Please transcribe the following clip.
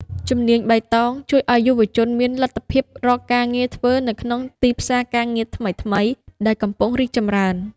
ជំនាញបៃតងជួយឱ្យយុវជនមានលទ្ធភាពរកការងារធ្វើនៅក្នុងទីផ្សារការងារថ្មីៗដែលកំពុងរីកចម្រើន។